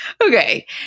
Okay